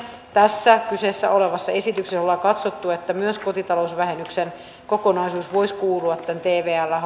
tässä kyseessä olevassa esityksessä katsomme että myös kotitalousvähennyksen kokonaisuus voisi kuulua tähän tvlään